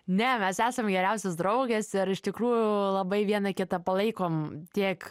ne mes esam geriausios draugės ir iš tikrųjų labai viena kitą palaikom tiek